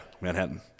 Manhattan